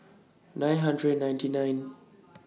nine hundred and ninety nine